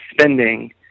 spending